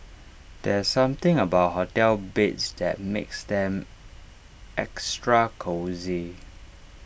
there's something about hotel beds that makes them extra cosy